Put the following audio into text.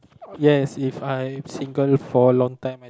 yes If I single for a long time and